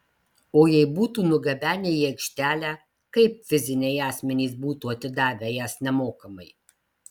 o jei būtų nugabenę į aikštelę kaip fiziniai asmenys būtų atidavę jas nemokamai